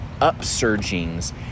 upsurgings